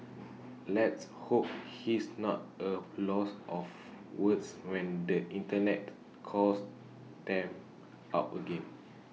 let's hope he's not A loss of Woods when the Internet calls them out again